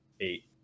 eight